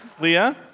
Leah